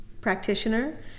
practitioner